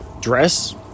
dress